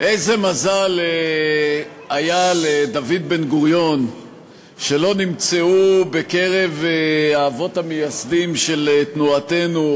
איזה מזל היה לדוד בן-גוריון שלא נמצאו בקרב האבות המייסדים של תנועתנו,